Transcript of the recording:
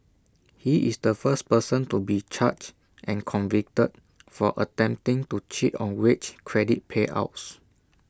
he is the first person to be charged and convicted for attempting to cheat on wage credit payouts